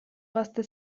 gazte